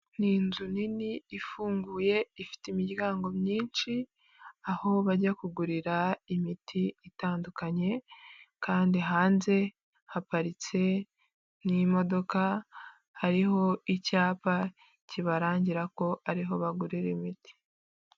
Ni inzu nini ifunguye ifite imiryango myinshi aho bajya kugurira imiti itandukanye kandi hanze haparitse n'imodoka, hariho icyapa kibarangira ko ariho bagurira imiti.